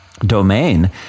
domain